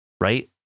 right